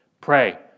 pray